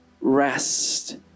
rest